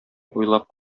уйлап